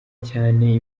cyane